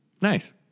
Nice